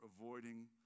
avoiding